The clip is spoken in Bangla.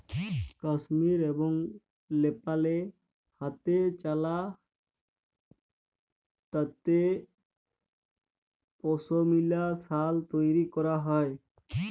কাশ্মীর এবং লেপালে হাতেচালা তাঁতে পশমিলা সাল তৈরি ক্যরা হ্যয়